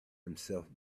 himself